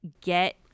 get